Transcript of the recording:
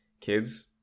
kids